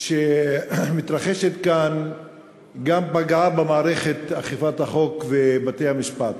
שמתרחשת כאן גם פגעה במערכת אכיפת החוק ובתי-המשפט.